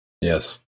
yes